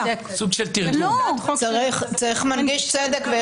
צריך מנגיש צדק.